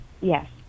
Yes